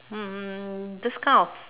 um this kind of